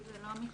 זה לא המקרה.